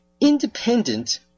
independent